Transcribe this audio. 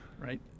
right